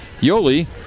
Yoli